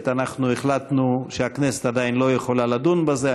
אנחנו החלטנו שהכנסת עדיין לא יכולה לדון בזה.